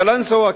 קלנסואה,